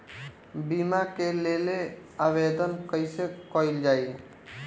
बीमा के लेल आवेदन कैसे कयील जाइ?